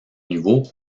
niveaux